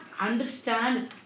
understand